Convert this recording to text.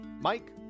Mike